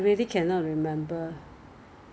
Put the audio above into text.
cleansing water 是都讲 cleansing liao mah